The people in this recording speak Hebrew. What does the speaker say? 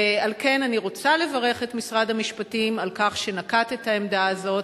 ועל כן אני רוצה לברך את משרד המשפטים על כך שנקט את העמדה הזאת,